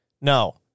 No